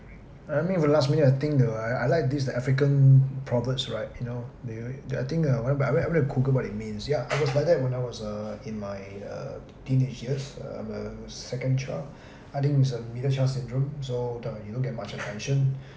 I I mean where last minute I think uh I I like this african proverbs right you know they I think uh when I went I went to google what it means yeah I was like that when I was uh in my uh teenage years uh uh second child I think it's a middle child syndrome so the you don't get much attention